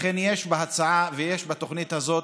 לכן יש בהצעה ובתוכנית הזאת